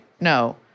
No